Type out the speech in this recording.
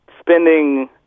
spending